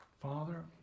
Father